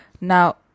now